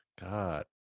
God